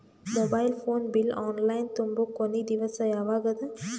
Mobile phone bill online ತುಂಬೊ ಕೊನಿ ದಿವಸ ಯಾವಗದ?